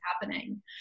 happening